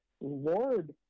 Lord